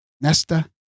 Nesta